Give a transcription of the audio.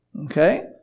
Okay